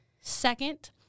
second